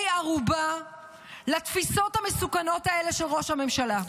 ערובה לתפיסות המסוכנות האלה של ראש הממשלה.